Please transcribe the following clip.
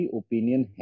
opinion